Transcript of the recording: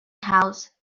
house